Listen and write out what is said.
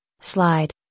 slide